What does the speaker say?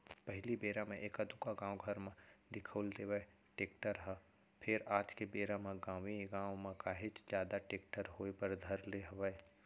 पहिली बेरा म एका दूका गाँव घर म दिखउल देवय टेक्टर ह फेर आज के बेरा म गाँवे गाँव म काहेच जादा टेक्टर होय बर धर ले हवय